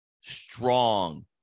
strong